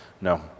No